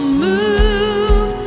move